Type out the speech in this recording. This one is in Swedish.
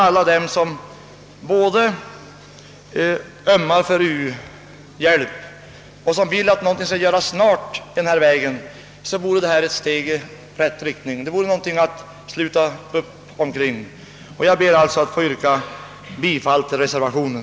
Alla de som både ömmar för u-hjälpen och vill att någonting skall göras snart måste, tror jag, finna att det här är ett steg i rätt riktning och någonting att sluta upp omkring. Jag ber alltså att få yrka bifall till reservationen.